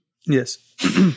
Yes